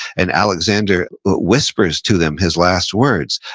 and alexander whispers to them his last words,